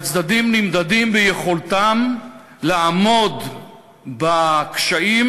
והצדדים נמדדים ביכולתם לעמוד בקשיים,